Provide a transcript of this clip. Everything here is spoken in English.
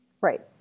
Right